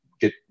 get